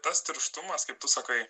tas tirštumas kaip tu sakai